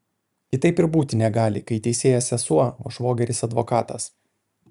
kitaip ir būti negali kai teisėja sesuo o švogeris advokatas